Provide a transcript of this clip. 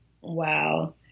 Wow